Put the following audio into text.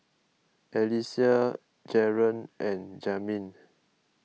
Alysia Jaron and Jamin